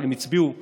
אבל הם הצביעו בעד,